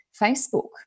Facebook